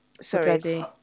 sorry